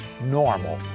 normal